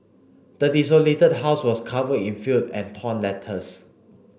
the desolated house was covered in filth and torn letters